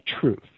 truth